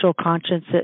conscience